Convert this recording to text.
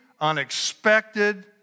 unexpected